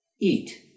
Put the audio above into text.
eat